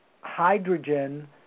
hydrogen